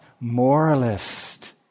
Moralist